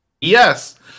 Yes